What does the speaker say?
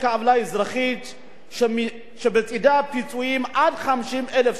שבצדה פיצויים עד 50,000 שקל ללא הוכחת נזק,